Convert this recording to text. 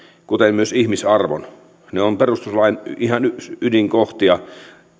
kuten myös ihmisarvon ne ovat perustuslain ihan ydinkohtia